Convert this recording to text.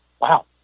wow